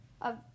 Of